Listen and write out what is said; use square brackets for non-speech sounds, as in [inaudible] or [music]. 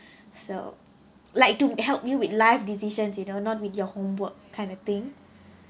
[breath] so like to help you with life decisions you know not with your homework kind of thing